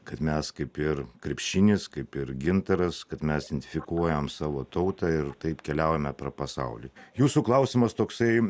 kad mes kaip ir krepšinis kaip ir gintaras kad mes idinfikuojam savo tautą ir taip keliaujame per pasaulį jūsų klausimas toksai